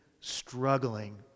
struggling